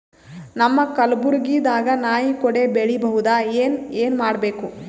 ನಮ್ಮ ಕಲಬುರ್ಗಿ ದಾಗ ನಾಯಿ ಕೊಡೆ ಬೆಳಿ ಬಹುದಾ, ಏನ ಏನ್ ಮಾಡಬೇಕು?